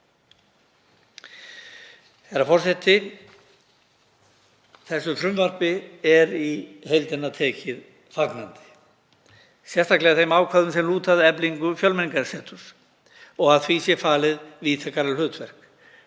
Herra forseti. Þessu frumvarpi er í heildina tekið fagnandi, sérstaklega þeim ákvæðum sem lúta að eflingu Fjölmenningarseturs og að því sé falið víðtækara hlutverk.